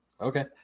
Okay